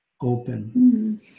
Open